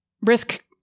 risk